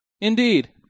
Indeed